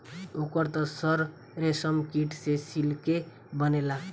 ओकर त सर रेशमकीट से सिल्के बनेला